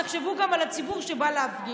תחשבו גם על הציבור שבא להפגין.